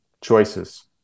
Choices